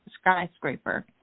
skyscraper